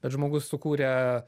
bet žmogus sukūrė